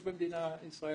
יש במדינת ישראל